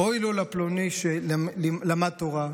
"אוי לו לפלוני שלמד תורה,